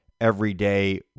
everyday